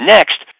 Next